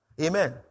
Amen